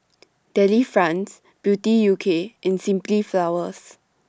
Delifrance Beauty U K and Simply Flowers